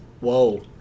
Whoa